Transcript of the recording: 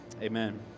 amen